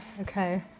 okay